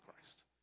Christ